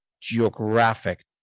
geographic